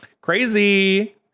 Crazy